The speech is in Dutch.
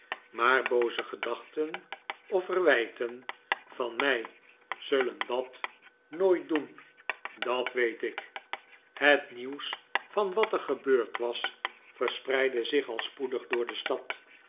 maar booze gedachten of verwijten van mij zullen dat nooit doen dat weet ik het nieuws van wat er gebeurd was verspreidde zich al spoedig door de stad